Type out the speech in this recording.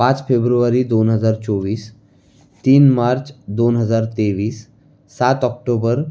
पाच फेब्रुवारी दोन हजार चोवीस तीन मार्च दोन हजार तेवीस सात ऑक्टोबर